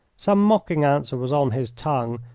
some mocking answer was on his tongue,